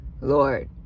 Lord